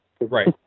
Right